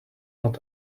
not